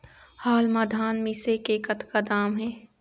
हाल मा धान मिसे के कतका दाम हे?